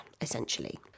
essentially